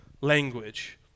language